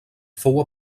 fou